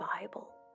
Bible